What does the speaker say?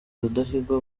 rudahigwa